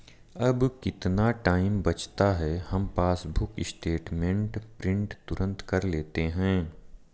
अब कितना टाइम बचता है, हम पासबुक स्टेटमेंट प्रिंट तुरंत कर लेते हैं